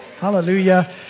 Hallelujah